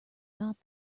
not